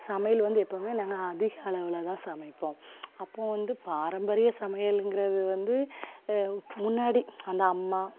சமையல் வந்து எப்போவுமே நாங்கள் அதிகளவில் தான் சமைப்போம் அப்போது வந்து பாரம்பரிய சமையல்ங்கிறது வந்து முன்னாடி அந்த அம்மா